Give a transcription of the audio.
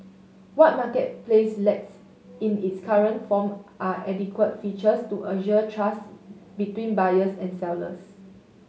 what marketplace lacks in its current form are adequate features to assure trust between buyers and sellers